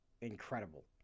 incredible